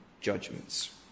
judgments